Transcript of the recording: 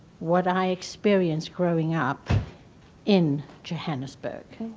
what i experienced growing up in johannesburg.